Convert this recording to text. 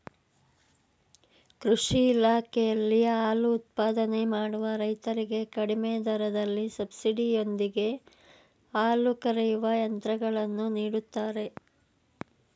ಕೃಷಿ ಇಲಾಖೆಯಲ್ಲಿ ಹಾಲು ಉತ್ಪಾದನೆ ಮಾಡುವ ರೈತರಿಗೆ ಕಡಿಮೆ ದರದಲ್ಲಿ ಸಬ್ಸಿಡಿ ಯೊಂದಿಗೆ ಹಾಲು ಕರೆಯುವ ಯಂತ್ರಗಳನ್ನು ನೀಡುತ್ತಾರೆ